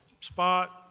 spot